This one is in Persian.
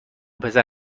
پسر